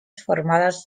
formando